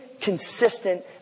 consistent